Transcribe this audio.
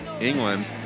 England